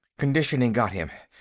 conditioning got him.